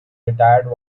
retired